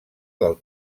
del